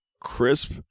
crisp